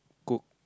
cook